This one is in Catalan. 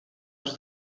els